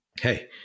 hey